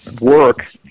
work